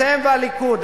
אתם והליכוד,